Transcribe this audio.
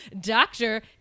Doctor